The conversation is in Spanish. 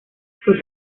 fue